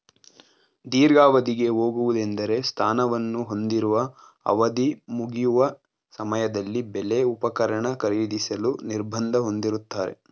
ದೀರ್ಘಾವಧಿಗೆ ಹೋಗುವುದೆಂದ್ರೆ ಸ್ಥಾನವನ್ನು ಹೊಂದಿರುವ ಅವಧಿಮುಗಿಯುವ ಸಮಯದಲ್ಲಿ ಬೆಲೆ ಉಪಕರಣ ಖರೀದಿಸಲು ನಿರ್ಬಂಧ ಹೊಂದಿರುತ್ತಾರೆ